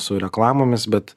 su reklamomis bet